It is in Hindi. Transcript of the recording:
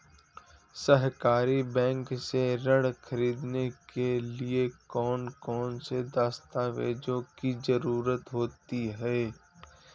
सहकारी बैंक से ऋण ख़रीदने के लिए कौन कौन से दस्तावेजों की ज़रुरत होती है?